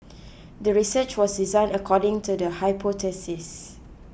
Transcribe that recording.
the research was designed according to the hypothesis